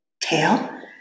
tail